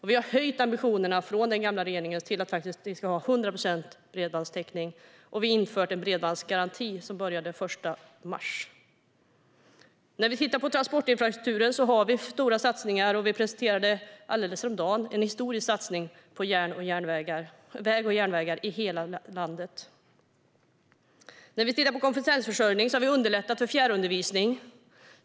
Vi har höjt ambitionerna från den gamla regeringens tid till att ha 100 procents bredbandstäckning, och vi har infört en bredbandsgaranti som började gälla den 1 mars. När vi tittar på transportinfrastrukturen har vi stora satsningar. Häromdagen presenterade vi en historisk satsning på väg och järnväg i hela landet. När vi tittar kompetensförsörjning har vi underlättat för fjärrundervisning.